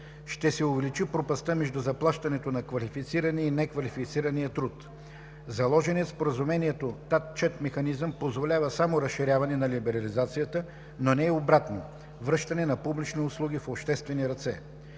Ще се увеличи пропастта между заплащането на квалифицирания и неквалифицирания труд. - Заложеният в Споразумението ratchet механизъм позволява само разширяване на либерализацията, но не и обратно – връщане на публични услуги в обществени ръце.